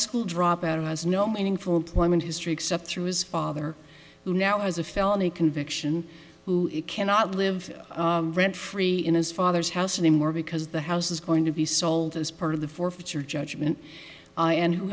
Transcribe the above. school dropout who has no meaningful employment history except through his father who now has a felony conviction who cannot live rent free in his father's house anymore because the house is going to be sold as part of the forfeiture judgment and who